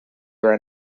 are